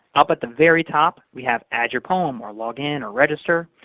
up at the very top, we have add your poem or log in or register.